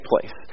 place